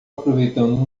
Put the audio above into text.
aproveitando